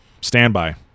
Standby